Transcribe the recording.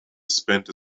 spent